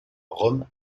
rome